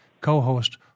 co-host